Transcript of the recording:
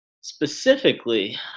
specifically